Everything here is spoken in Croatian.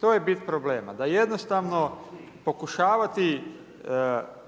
To je bit problema. Da jednostavno pokušavati